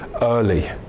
early